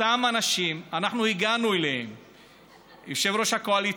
אותם אנשים, יושב-ראש הקואליציה,